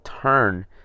turn